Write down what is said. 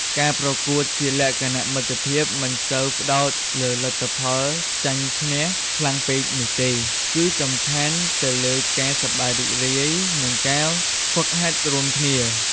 ការប្រកួតជាលក្ខណៈមិត្តភាពមិនសូវផ្តោតលើលទ្ធផលចាញ់ឈ្នះខ្លាំងពេកនោះទេ គឺសំខាន់ទៅលើការសប្បាយរីករាយ និងការហ្វឹកហាត់រួមគ្នា។